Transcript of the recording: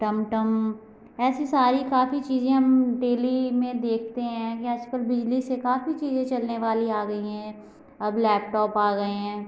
टमटम ऐसी सारी काफी चीजें हम डेली में देखते हैं कि आजकल बिजली से काफी चीजें चलने वाली आ गईं हैं अब लैपटॉप आ गए हैं